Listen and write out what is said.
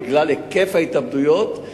בגלל היקף ההתאבדויות,